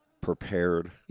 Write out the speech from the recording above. prepared